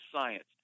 science